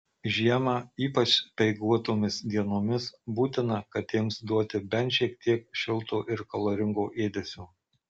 žiemą ypač speiguotomis dienomis būtina katėms duoti bent šiek tiek šilto ir kaloringo ėdesio